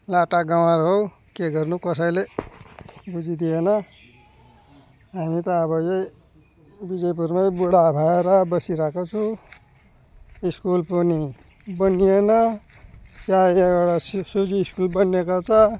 लाटा गवार हो के गर्नु कसैले बुझिदिएन हामी त अब यही विजयपुरमै बुढा भएर बसिरहेको छु स्कुल पनि बनिएन त्यहाँ यहाँ एउटा स्कुल बनिएको छ